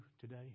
today